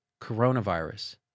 coronavirus